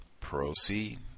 Proceed